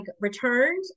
returned